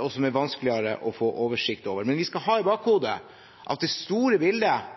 og som er vanskeligere å få oversikt over. Men vi skal ha i bakhodet at det store bildet